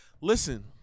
Listen